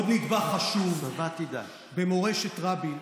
עוד נדבך חשוב במורשת רבין,